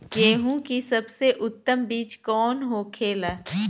गेहूँ की सबसे उत्तम बीज कौन होखेला?